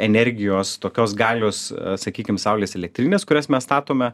energijos tokios galios sakykim saulės elektrinės kurias mes statome